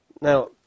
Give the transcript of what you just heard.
Now